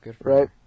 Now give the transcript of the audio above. Right